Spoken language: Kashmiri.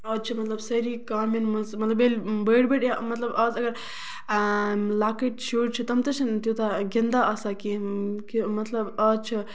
آز چھِ مطلب سٲری کامین منٛز مطلب ییٚلہِ بٔڑۍ بٔڑۍ مطلب آز اَگر لۄکٔٹۍ شُرۍ چھِ تِم تہِ چھِنہٕ تیوٗتاہ گِندان آسان کیٚنٛہہ کہِ مطلب آز چھُ